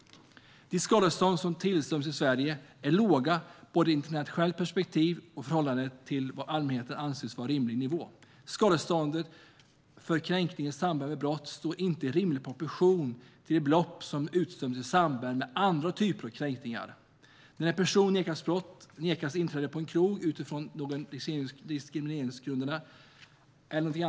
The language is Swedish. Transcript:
De skadestånd som utdöms i Sverige är låga både i ett internationellt perspektiv och i förhållande till vad allmänheten anser vara en rimlig nivå. Skadeståndet för kränkning i samband med brott står inte i rimlig proportion till de belopp som utdöms i samband med andra typer av kränkningar. Det kan till exempel gälla att en person nekas inträde på en krog utifrån någon av diskrimineringsgrunderna.